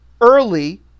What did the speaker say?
early